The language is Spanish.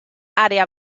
área